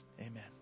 amen